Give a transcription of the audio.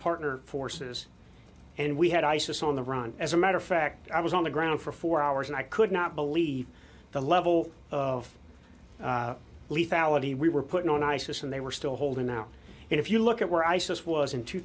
partner forces and we had isis on the run as a matter of fact i was on the ground for four hours and i could not believe the level of lethality we were putting on isis and they were still holding out if you look at where isis was in two